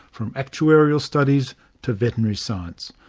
from actuarial studies to veterinary science.